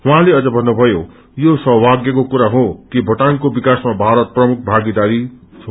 उहाँले अझ भन्नुभयो यो सौभागय कुरा हो कि भोटाङको विकासमा भारत प्रमुख भागीदारी हो